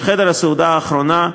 שחדר הסעודה האחרונה,